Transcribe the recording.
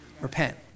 Repent